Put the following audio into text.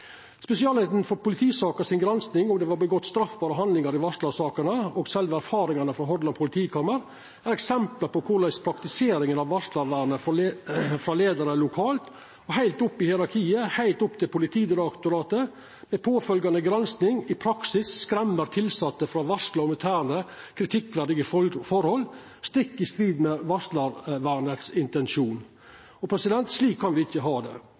Spesialeininga for politisaker si gransking av om det var gjort straffbare handlingar i varslarsakene, og sjølve erfaringane frå Hordaland politikammer, er eksempel på korleis praktiseringa av varslarvernet frå leiarar lokalt og heilt opp i hierarkiet, heilt opp til Politidirektoratet med påfølgjande gransking, i praksis skremmer tilsette frå å varsla om interne kritikkverdige forhold, stikk i strid med intensjonen med varslarvernet. Slik kan me ikkje ha det.